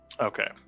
Okay